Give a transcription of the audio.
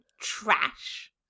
trash